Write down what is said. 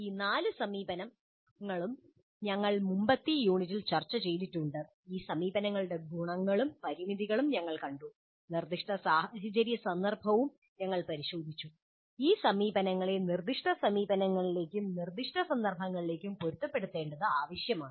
ഈ നാല് സമീപനങ്ങളും ഞങ്ങൾ മുമ്പത്തെ യൂണിറ്റുകളിൽ ചർച്ചചെയ്തിട്ടുണ്ട് ഈ സമീപനങ്ങളുടെ ഗുണങ്ങളും പരിമിതികളും ഞങ്ങൾ കണ്ടു നിർദ്ദിഷ്ട സാഹചര്യ സന്ദർഭവും ഞങ്ങൾ പരിശോധിച്ചു ഈ സമീപനങ്ങളെ നിർദ്ദിഷ്ട സ്ഥാപനങ്ങളിലേക്കും നിർദ്ദിഷ്ട സന്ദർഭങ്ങളിലേക്കും പൊരുത്തപ്പെടുത്തേണ്ടത് ആവശ്യമാണ്